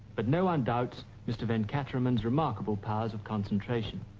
but no one doubts mr. venkataraman's remarkable powers of concentration.